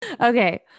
Okay